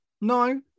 No